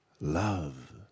love